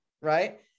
right